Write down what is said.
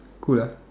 cool ah